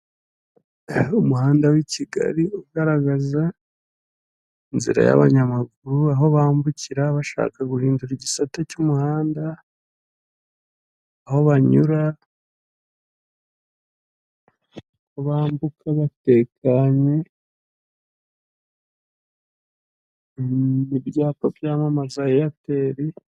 Umuhanda w'i Kigali ugaragaza inzira y'abanyamaguru, aho bambukira bashaka guhindura igisate cy'umuhanda. Aho banyura, aho bambuka batekanye, ibyapa byamamaza Eyateri.